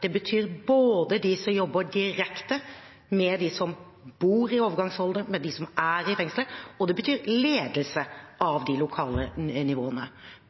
Det betyr både de som jobber direkte med dem som bor i overgangsbolig, med dem som er i fengsel, og det betyr ledelse av de lokale nivåene.